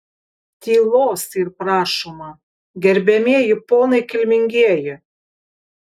tylos yr prašoma gerbiamieji ponai kilmingieji